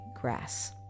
grass